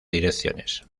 direcciones